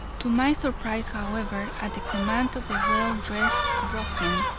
to my surprise, however, at the command of the well-dressed ruffian,